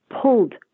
pulled